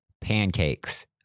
pancakes